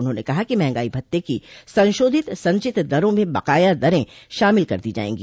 उन्होंने कहा कि महंगाई भत्ते की संशोधित संचित दरों में बकाया दरें शामिल कर दी जायेंगी